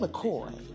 McCoy